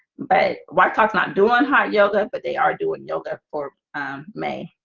but why talks not doing hot yoga, but they are doing yoga for me